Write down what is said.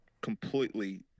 completely